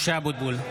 משה אבוטבול,